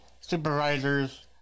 supervisors